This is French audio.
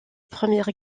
première